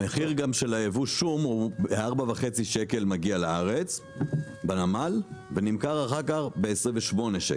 גם המחיר של יבוא שום מגיע לארץ בנמל ב-4.5 שקל ונמכר אחר כך ב-28 שקל.